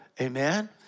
Amen